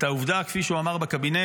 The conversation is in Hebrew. את העובדה, כפי שהוא אמר בקבינט